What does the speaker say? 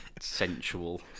sensual